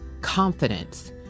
confidence